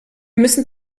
müssen